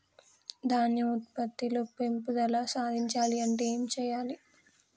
ధాన్యం ఉత్పత్తి లో పెంపుదల సాధించాలి అంటే ఏం చెయ్యాలి?